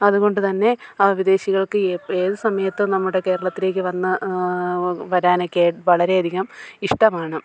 അതുകൊണ്ട് തന്നെ വിദേശികൾക്ക് എപ്പോൾ ഏതു സമയത്തും നമ്മുടെ കേരളത്തിലേക്ക് വന്ന് വരാനൊക്കെ വളരെ അധികം ഇഷ്ടമാണ്